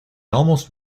almost